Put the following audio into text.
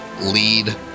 lead